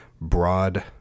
broad